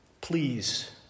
please